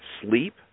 sleep